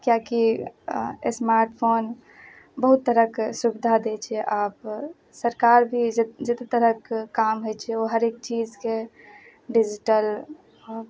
किएकि स्मार्टफोन बहुत तरहके सुविधा दै छै आब सरकार भी जतेक तरहक काम होइ छै ओ हरेक चीजके डिजिटल